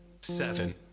seven